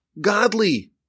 godly